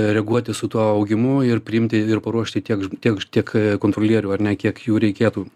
reaguoti su tuo augimu ir priimti ir paruošti tiek ž tiek tiek kontrolierių ar ne kiek jų reikėtų